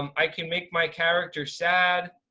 um i can make my character sad.